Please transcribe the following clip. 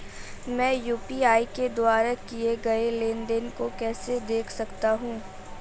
मैं यू.पी.आई के द्वारा किए गए लेनदेन को कैसे देख सकता हूं?